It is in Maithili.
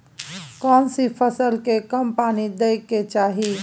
केना सी फसल के कम पानी दैय के चाही?